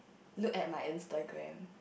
look at my Instagram